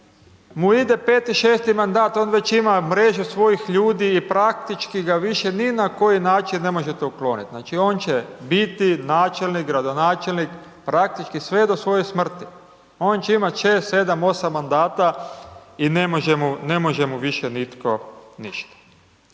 mu ide peti, šesti mandat, on već ima mreže svojih ljudi i praktički ga više ni na koji način ne možete ukloniti, znači, on će biti načelnik, gradonačelnik, praktički sve do svoje smrti, on će imati 6, 7, 8 mandata i ne može mu, ne može mu više nitko ništa.